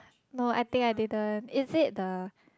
no I think I didn't is it the